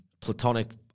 platonic